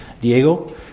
Diego